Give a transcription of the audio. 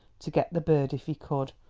to get the bird if he could,